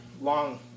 long